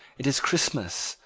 it is christmas,